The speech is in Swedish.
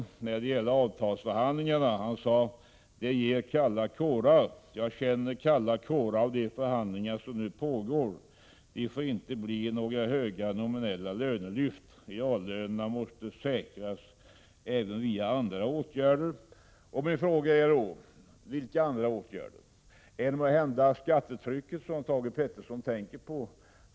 Uttalandet gäller avtalsförhandlingarna, och rubriken är Ger kalla kårar. Industriministern säger följande: ”Jag känner kalla kårar av de förhandlingar som nu pågår. Det får inte bli några höga nominella lönelyft. Reallönerna måste säkras även via andra åtgärder.” Min fråga är då: Vilka andra åtgärder? Är det måhända skattetrycket Thage G Peterson tänker på?